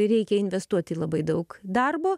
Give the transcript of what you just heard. reikia investuoti labai daug darbo